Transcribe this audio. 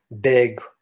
big